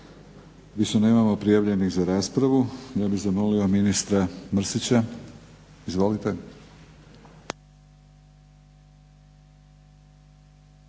Više nemamo prijavljenih za raspravu. Ja bih zamolio ministra Mrsića, izvolite.